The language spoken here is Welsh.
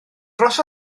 dros